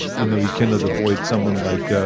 you know you cannot avoid someone like ah